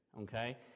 okay